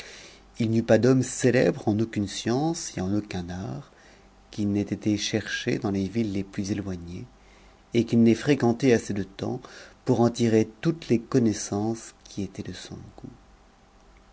h n'y eut pas d'homme célèbre en aucune science et en aucun art qu'il n'ait été chercher dans les villes les plus éloignées et qu'il n'ait fréquenté assez de temps pour en tirer toutes cs connaissances qui étaient de son goût